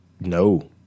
No